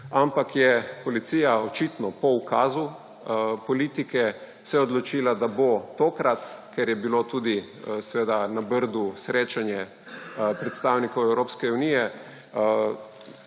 ampak se je policija, očitno po ukazu politike, odločila, da bo tokrat, ker je bilo tudi seveda na Brdu srečanje predstavnikov Evropske unije,